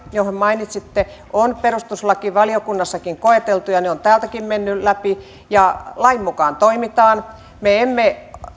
ja jotka mainitsitte on perustuslakivaliokunnassakin koeteltu ja ne ovat sieltäkin menneet läpi ja lain mukaan toimitaan me emme